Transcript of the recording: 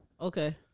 Okay